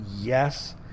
yes